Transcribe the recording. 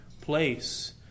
place